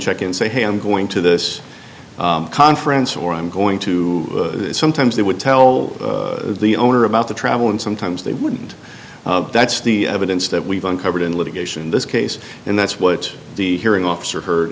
check and say hey i'm going to this conference or i'm going to sometimes they would tell the owner about the travel and sometimes they wouldn't that's the evidence that we've uncovered in litigation in this case and that's what the hearing officer he